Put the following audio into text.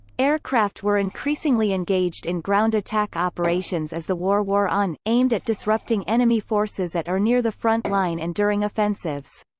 aircraft were increasingly engaged in ground attack operations as the war wore on, aimed at disrupting enemy forces at or near the front line and during offensives.